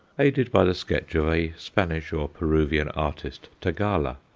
aided by the sketch of a spanish or peruvian artist, tagala.